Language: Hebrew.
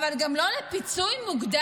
אבל גם לא לפיצוי מוגדל